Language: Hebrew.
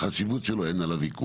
על החשיבות שלו אין ויכוח.